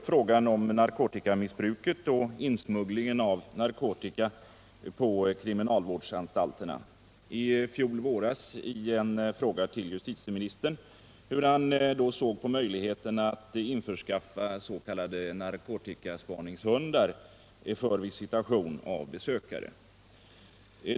Frågan om narkotikamissbruket och insmugglingen av narkotika på kriminalvårdsanstalterna har jag tidigare tagit upp här i kammaren, exempelvis i fjol våras i en fråga till justitieministern om hur han då såg på möjligheterna att införskaffa s.k. narkotikaspaningshundar för visitation av besökare.